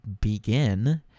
begin